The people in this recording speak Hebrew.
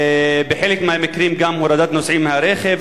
בחלק מהמקרים גם הורדת נוסעים מהרכב,